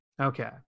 okay